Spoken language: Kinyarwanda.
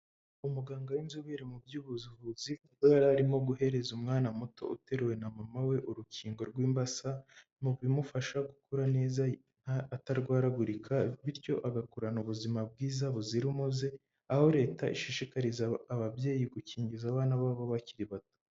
Umuganga w'inzobere mu by'ubuvuzi kuko arimo guhereza umwana muto uteruwe na mama we urukingo rw'imbasa mu bimufasha gukura neza atarwaragurika bityo agakurana ubuzima bwiza buzira umuze, aho leta ishishikariza ababyeyi gukingiza abana baba bakiri bato.